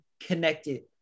connected